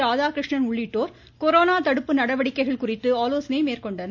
ராதாகிருஷ்ணன் உள்ளிட்டோர் கொரோனா தடுப்பு நடவடிக்கைகள் குறித்து ஆலோசனை மேற்கொண்டனர்